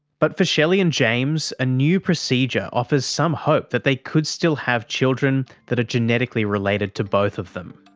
but for shelley and james, a new procedure offers some hope that they could still have children that are genetically related to both of them.